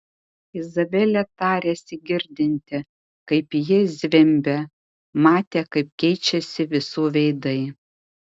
izabelė tarėsi girdinti kaip ji zvimbia matė kaip keičiasi visų veidai